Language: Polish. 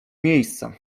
miejsca